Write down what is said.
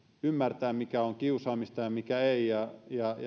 ymmärtää mikä on kiusaamista ja mikä ei ja ja